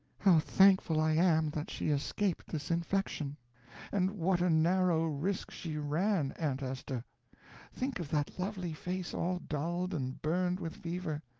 how thankful i am that she escaped this infection and what a narrow risk she ran, aunt hester! think of that lovely face all dulled and burned with fever.